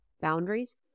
boundaries